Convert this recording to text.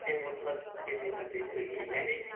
أمۍ ووٚن پَتہٕ پِلِی نَے تہٕ ژوٚکیَے یَعنی